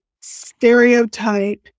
stereotype